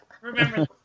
remember